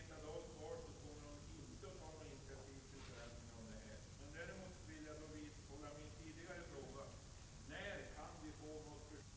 Fru talman! Efter vad jag kan förstå av Birgitta Dahls svar kommer hon inte att ta några initiativ till förändring. Jag vidhåller dock min tidigare fråga: När kan vi få besked